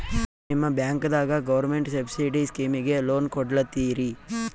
ನಿಮ ಬ್ಯಾಂಕದಾಗ government subsidy ಸ್ಕೀಮಿಗಿ ಲೊನ ಕೊಡ್ಲತ್ತೀರಿ?